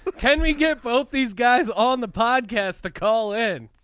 can we get both these guys on the podcast to call in.